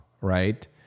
right